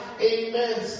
Amen